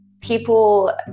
people –